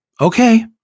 okay